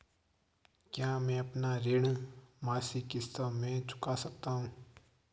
क्या मैं अपना ऋण मासिक किश्तों में चुका सकता हूँ?